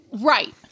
Right